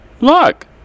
look